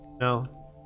No